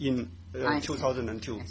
in two thousand and two